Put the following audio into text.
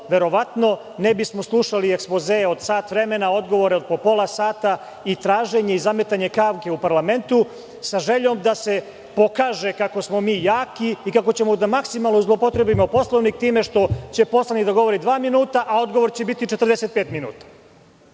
verovatno ne bismo slušali ekspozee od sat vremena, odgovore od po pola sata i traženje i zametanje kavge u parlamentu, sa željom da se pokaže kako smo mi jaki i kako ćemo maksimalno da zloupotrebimo Poslovnik time što će poslanik da govori dva minuta, a odgovor će biti 45 minuta.